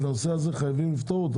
את הנושא הזה חייבים לפתור.